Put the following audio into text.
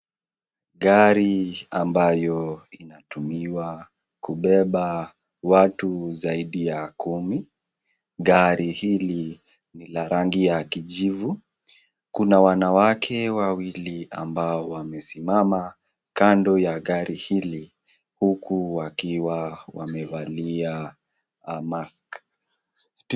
Gari ambayo inatumiwa kubeba watu zaidi ya kumi, gari hili ni la rangi ya kijivu kuna wanawake wawili ambao wamesimama kando ya gari hili huku wakiwa wamevalia mask .